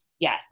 Yes